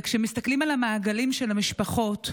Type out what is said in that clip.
כשמסתכלים על המעגלים של המשפחות,